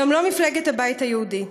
גם לא מפלגת הבית היהודי.